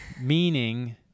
Meaning